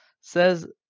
says